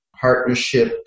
partnership